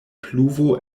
pluvo